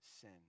sin